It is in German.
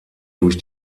durch